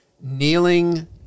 kneeling